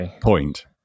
point